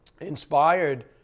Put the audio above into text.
inspired